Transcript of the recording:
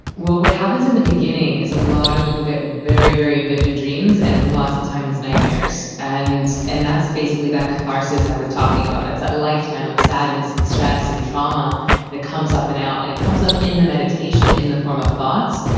well, what happens in the beginning is a lot of people get very, very vivid dreams, and lots of times nightmares, and and that's basically that catharsis i was talking about. it's that lifetime of sadness and stress and trauma that comes up and out, and it comes up in the meditation in the form of thoughts.